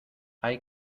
hay